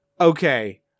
okay